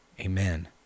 Amen